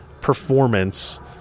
performance